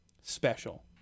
special